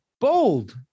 bold